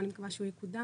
ואני מקווה שהוא יקודם.